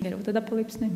geriau tada palaipsniui